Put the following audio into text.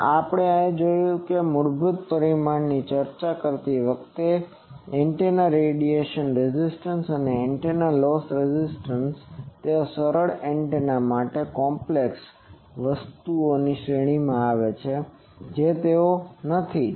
પણ આપણે આ જોયું છે મૂળભૂત પરિમાણોની ચર્ચા કરતી વખતે કે એન્ટેના રેડિયેશન રેઝિસ્ટન્સ અને એન્ટેના લોસ રેઝિસ્ટન્સ તેઓ સરળ એન્ટેના માટે તેઓ કોમ્પ્લેક્ષ જટિલcomplex વસ્તુઓમાં શ્રેણીમાં આવે છે જે તેઓ નથી